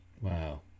Wow